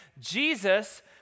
Jesus